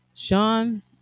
Sean